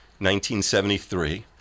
1973